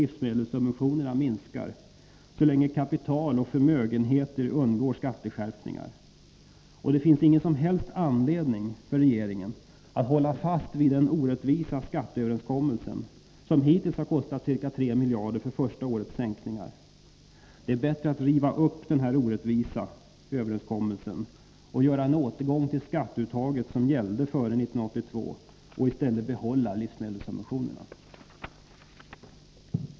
livsmedelssubventionerna minskar, så länge kapital och förmögenheter undgår skatteskärpningar. Det finns ingen som helst anledning för regeringen att hålla fast vid den orättvisa skatteöverenskommelsen som hittills kostat ca 3 miljarder för första årets sänkningar av marginalskatterna. Det är bättre att riva upp denna orättvisa överenskommelse och göra en återgång till det skatteuttag som gällde före 1982 och i stället behålla livsmedelssubventionerna.